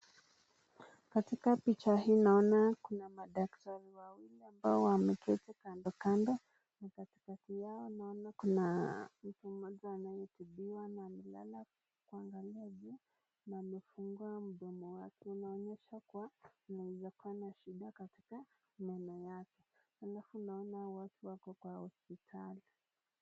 Katika picha hii naona kuna madaktari wawili ambao wameketi kando kando. Na katikati yao naona kuna mtu moja anayetibiwa na amelala kuangalia juu, na amefungua mdomo wake. Unaonyesha kuwa anaweza kuwa na shida katika meno yake. Alafu naona watu wako kwa hospitali.